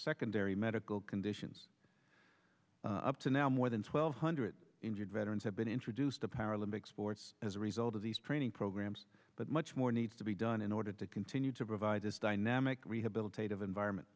secondary medical conditions up to now more than twelve hundred injured veterans have been introduced to paralympic sports as a result of these training programs but much more needs to be done in order to continue to provide this dynamic rehabilitative environment